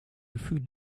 gefühle